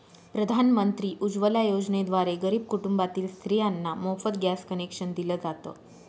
प्रधानमंत्री उज्वला योजनेद्वारे गरीब कुटुंबातील स्त्रियांना मोफत गॅस कनेक्शन दिल जात